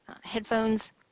headphones